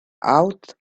out